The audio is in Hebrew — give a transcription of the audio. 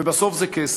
ובסוף זה כסף.